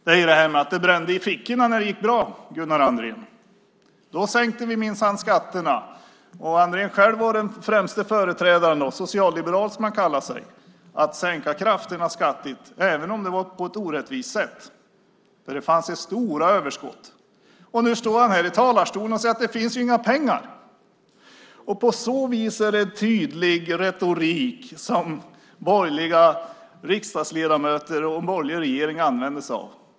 Det brände i fickorna när det gick bra, Gunnar Andrén. Då sänkte vi minsann skatterna. Andrén själv var den främste förespråkaren, socialliberal som han kallar sig, för att sänka skatterna kraftigt, även om det var på ett orättvist sätt. Det fanns stora överskott. Nu står han här i talarstolen och säger att det inte finns några pengar. Det är en tydlig retorik som borgerliga riksdagsledamöter och en borgerlig regering använder sig av.